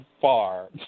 far